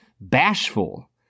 bashful